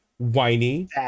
whiny